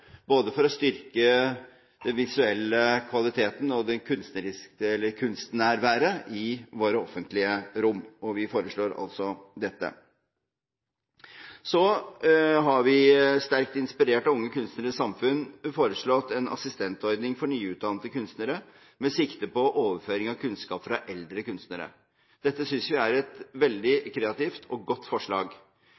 for å styrke både den visuelle kvaliteten og kunstnærværet i våre offentlige rom, og vi foreslår altså dette. Så har vi, sterkt inspirert av Unge Kunstneres Samfund, foreslått en assistentordning for nyutdannede kunstnere med sikte på overføring av kunnskap fra eldre kunstnere. Dette synes vi er et veldig